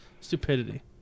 stupidity